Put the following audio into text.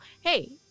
hey